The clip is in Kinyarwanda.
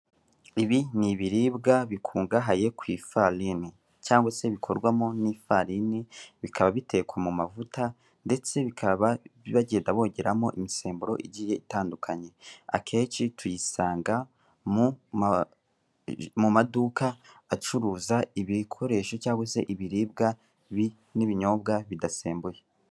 Ibi ni ibiribwa bikungahaye ku ifarini cyangwa se Bikorwa mo n'ifarini, bikaba bitekwa mumavuta ndetse bikaba bagenda bongeramo imusemburo igiye itandukanye, akenshi tuyisanga mumaduka acuruza ibikoresho cyangwa se ibiribwa n'ibinyobwa bidasembuye.